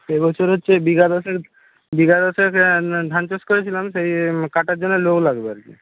এ বছর হচ্ছে বিঘা দশেক বিঘা দশেক ধান চাষ করেছিলাম সেই কাটার জন্যে লোক লাগবে আর কি